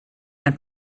ein